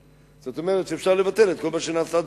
זאת אומרת שאפשר לבטל את כל מה שנעשה,